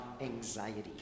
anxiety